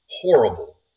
horrible